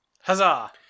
Huzzah